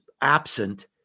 absent